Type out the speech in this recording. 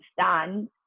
stand